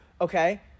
okay